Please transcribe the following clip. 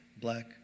Black